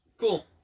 cool